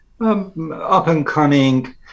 up-and-coming